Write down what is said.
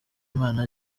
imana